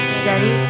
steady